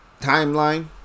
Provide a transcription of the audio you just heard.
Timeline